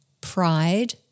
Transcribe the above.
pride